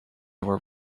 were